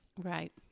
Right